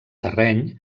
terreny